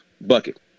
bucket